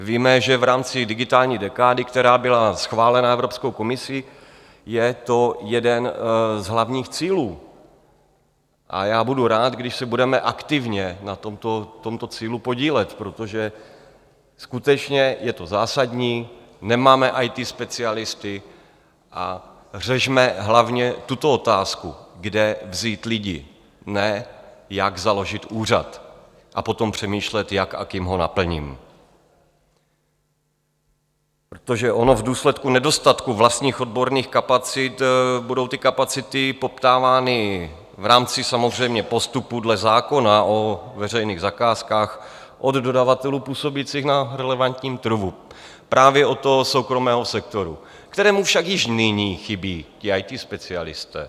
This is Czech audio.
Víme, že v rámci digitální dekády, která byla schválena Evropskou komisí, je to jeden z hlavních cílů, a já budu rád, když se budeme aktivně na tomto cíli podílet, protože skutečně je to zásadní, nemáme IT specialisty a řešme hlavně tuto otázku, kde vzít lidi, ne jak založit úřad a potom přemýšlet, jak a kým ho naplním, protože ono v důsledku nedostatku vlastních odborných kapacit budou ty kapacity poptávány v rámci samozřejmě postupu dle zákona o veřejných zakázkách od dodavatelů působících na relevantním trhu, právě od soukromého sektoru, kterému však již nyní chybí IT specialisté.